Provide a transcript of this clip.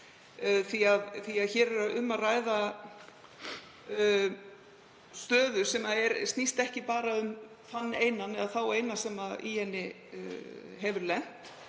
Hér er um að ræða stöðu sem snýst ekki bara um þann einan eða þá eina sem í henni hafa lent